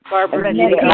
Barbara